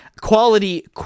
quality